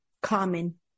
common